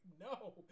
no